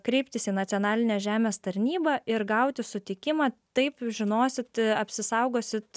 kreiptis į nacionalinę žemės tarnybą ir gauti sutikimą taip žinosit apsisaugosit